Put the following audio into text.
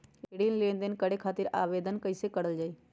ऋण लेनदेन करे खातीर आवेदन कइसे करल जाई?